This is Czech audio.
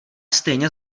stejně